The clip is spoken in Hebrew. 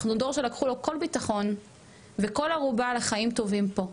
אנחנו דור שלקחו לו כל ביטחון וכל ערובה לחיים טובים פה.